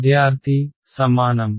విద్యార్థి సమానం